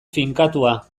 finkatua